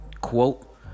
quote